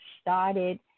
started